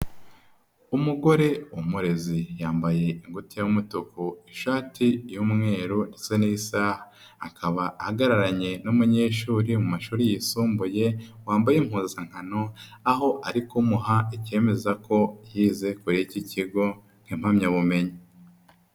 Umugore w'umurezi yambaye ingutiya y'umutuku, ishati y'umweru ndetse n'isaha, akaba ahagararanye n'umunyeshuri mu mashuri yisumbuye, wambaye impuzankano, aho ari kumuha ikemeza ko yize kuri iki kigo nk'impamyabumenyi.